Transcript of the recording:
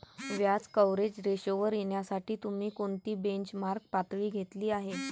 व्याज कव्हरेज रेशोवर येण्यासाठी तुम्ही कोणती बेंचमार्क पातळी घेतली आहे?